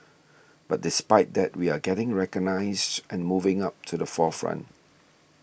but despite that we are getting recognised and moving up to the forefront